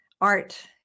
Art